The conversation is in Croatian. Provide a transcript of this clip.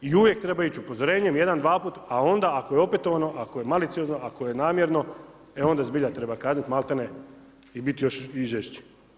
I uvijek treba ići upozorenjem jedan, dvaput, a onda ako je opetovano, ako je maliciozno, ako je namjerno, e onda zbilja treba kazniti, maltene i biti još i žešći.